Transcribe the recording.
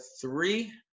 three